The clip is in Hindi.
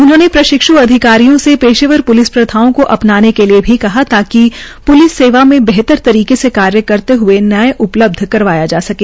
उन्होंने प्रशिक्ष् अधिकारियों से पेशेवर प्लिस प्रथाओं को अपनाने के लिए भी कहा ताकि प्लिस सेवा में बेहतर तरीके से कार्य करते हुए न्याय उपलब्ध करवाया जा सके